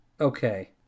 okay